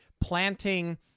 Planting